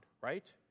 right